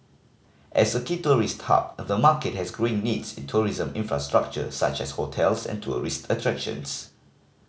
as a key tourist hub the market has growing needs in tourism infrastructure such as hotels and tourist attractions